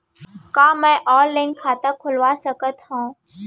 का मैं ऑनलाइन खाता खोलवा सकथव?